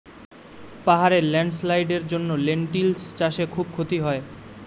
পাহাড়ে ল্যান্ডস্লাইডস্ এর জন্য লেনটিল্স চাষে খুব ক্ষতি হয়